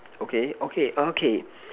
okay okay ah K